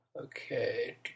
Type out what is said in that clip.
Okay